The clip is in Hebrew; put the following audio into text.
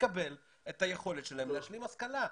לקבל את היכולת שלהם להשלים השכלה.